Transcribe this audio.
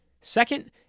Second